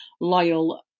loyal